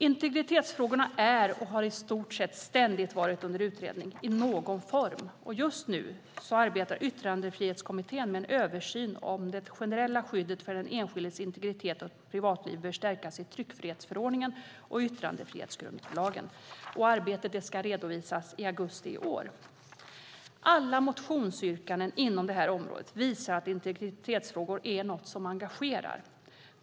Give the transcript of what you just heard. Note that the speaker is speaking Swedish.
Integritetsfrågorna är och har i stort sett ständigt varit under utredning i någon form. Just nu arbetar Yttrandefrihetskommittén med en översyn av huruvida det generella skyddet för den enskildes integritet och privatliv bör stärkas i tryckfrihetsförordningen och yttrandefrihetsgrundlagen. Detta arbete ska redovisas i augusti i år. Alla motionsyrkanden inom det här området visar att integritetsfrågor är något som engagerar.